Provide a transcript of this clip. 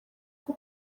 bwo